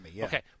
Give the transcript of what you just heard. Okay